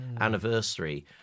anniversary